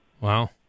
Wow